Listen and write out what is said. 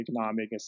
economic